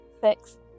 Six